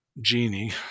genie